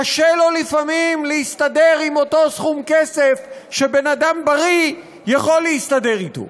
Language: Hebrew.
קשה לו לפעמים להסתדר עם אותו סכום כסף שבן אדם בריא יכול להסתדר אתו.